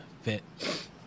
fit